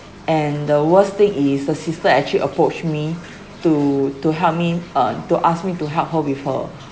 and the worst thing is the sister actually approach me to to help me uh to ask me to help her with her